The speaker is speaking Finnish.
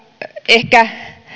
ehkä siitä